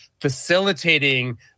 facilitating